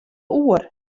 oer